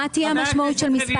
אם כן, מה תהיה המשמעות של מספר?